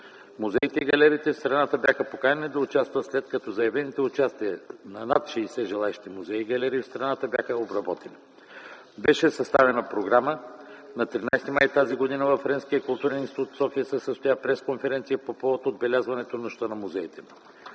Музеите и галериите в страната бяха поканени да участват, след като заявилите участие над 60 желаещи музеи и галерии бяха обработени. Беше съставена програма. На 13 май т.г. във Френския културен институт се състоя пресконференция по повод отбелязването Нощта на музеите.